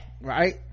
right